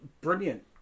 brilliant